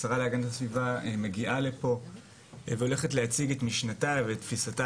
השרה להגנת הסביבה מגיעה לפה והולכת להציג את משנתה ואת תפיסתה